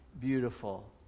beautiful